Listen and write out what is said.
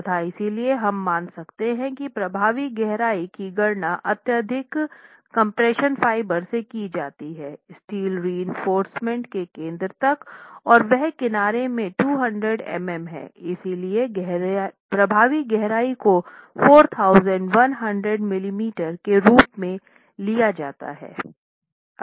तथा इसलिए हम मान सकते हैं कि प्रभावी गहराई की गणना अत्यधिक कम्प्रेशन फाइबर से की जाती है स्टील रीइनफोर्रसमेंट के केन्द्र तक और वह किनारे से 200 मिमी है इसलिए प्रभावी गहराई को 4100 मिलीमीटर के रूप में लिया जाता है